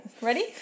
Ready